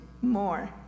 more